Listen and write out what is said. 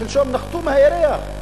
שלשום נחתו מהירח.